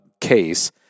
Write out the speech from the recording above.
case